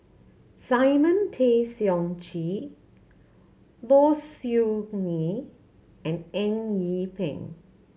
Simon Tay Seong Chee Low Siew Nghee and Eng Yee Peng